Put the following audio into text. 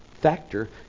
factor